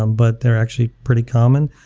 um but they're actually pretty common.